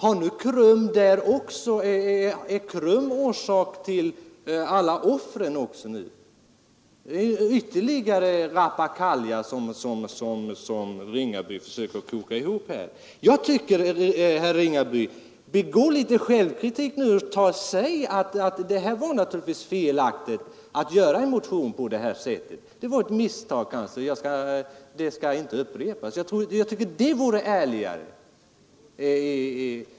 Är KRUM orsak till alla offren också nu? Det är ytterligare rappakalja som herr Ringaby försöker koka ihop här. Var nu litet självkritisk, herr Ringaby, och säg att det var naturligtvis felaktigt att skriva en motion på det här sättet — det var ett misstag och det skall inte upprepas. Jag tycker det vore ärligare.